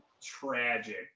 Tragic